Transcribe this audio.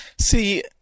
See